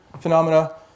phenomena